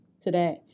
today